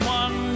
one